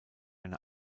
eine